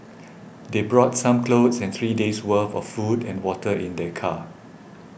they brought some clothes and three days' worth of food and water in their car